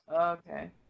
okay